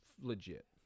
legit